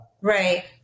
Right